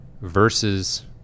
versus